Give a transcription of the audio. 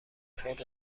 خیر